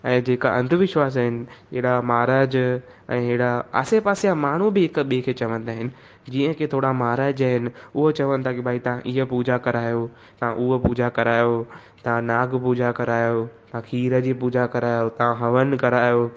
ऐं जेका अंधविश्वास आहिनि अहिड़ा महाराज ऐं अहिड़ा आसे पासे जा बि माण्हू हिकु ॿे खे चवंदा आहिनि जीअं की थोरा महाराज आहिनि उहो चवनि था की भई तव्हां ईअं पूजा करायो तव्हां उहा पूजा करायो तव्हां नाग पूजा करायो तव्हां खीर जी पूजा करायो तव्हां हवनु करायो